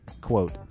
quote